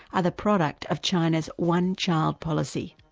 are the product of china's one-child policy.